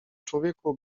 człowieku